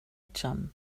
jump